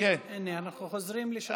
אנחנו חוזרים לשלוש דקות.